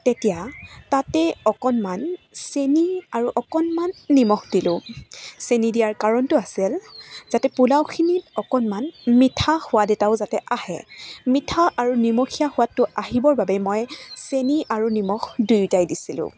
তেতিয়া তাতে অকণমান চেনি আৰু অকণমান নিমখ দিলোঁ চেনি দিয়াৰ কাৰণটো আছিল যাতে পোলাওখিনিত অকণমান মিঠা সোৱাদ এটাও যাতে আহে মিঠা আৰু নিমখীয়া সোৱাদটো আহিবৰ বাবে মই চেনি আৰু নিমখ দুয়োটাই দিছিলোঁ